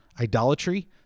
idolatry